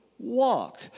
Walk